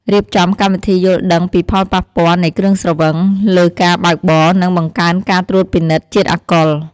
រៀបចំ កម្មវិធីយល់ដឹងពីផលប៉ះពាល់នៃគ្រឿងស្រវឹង លើការបើកបរ និងបង្កើនការត្រួតពិនិត្យជាតិអាល់កុល។